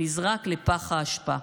נזרק לפח האשפה.